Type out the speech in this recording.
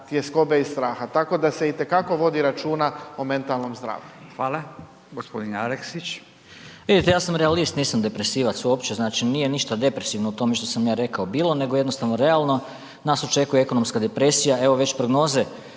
tjeskobe i straha, tako da se itekako vodi računa o mentalnom zdravlju. **Radin, Furio (Nezavisni)** Hvala lijepa. Gospodin Aleksić. **Aleksić, Goran (SNAGA)** Vidite, ja sam realist nisam depresivac uopće znači nije ništa depresivno u tome što sam ja rekao bilo nego jednostavno realno. Nas očekuje ekonomska depresija, evo već prognoze